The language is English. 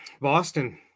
Boston